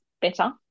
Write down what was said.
better